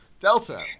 Delta